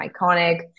iconic